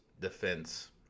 defense